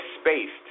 spaced